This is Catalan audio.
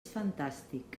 fantàstic